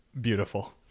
beautiful